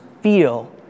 feel